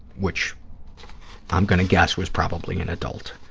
which i'm going to guess was probably an adult.